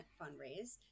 fundraise